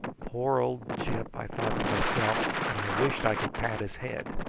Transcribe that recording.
poor old gyp! i thought to myself, and i wished i could pat his head.